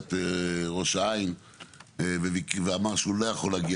עיריית ראש העין ואמר שהוא לא יכול להגיע